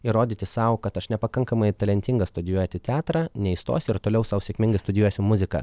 įrodyti sau kad aš nepakankamai talentingas studijuoti teatrą neįstosiu ir toliau sau sėkmingai studijuosiu muziką